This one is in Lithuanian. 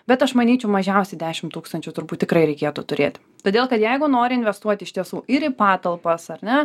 bet aš manyčiau mažiausiai dešim tūkstančių turbūt tikrai reikėtų turėti todėl kad jeigu nori investuot iš tiesų ir į patalpas ar ne